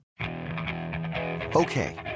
Okay